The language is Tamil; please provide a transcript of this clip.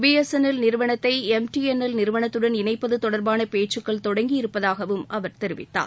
பி எஸ் என் எல் நிறுவனத்தை எம் டி என் எல் நிறுவனத்துடன் இணைப்பது தொடர்பான பேச்சுக்கள் தொடங்கியிருப்பதாகவும் அவர் தெரிவித்தார்